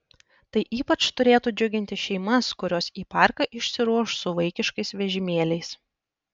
tai ypač turėtų džiuginti šeimas kurios į parką išsiruoš su vaikiškais vežimėliais